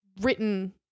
written